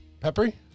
Peppery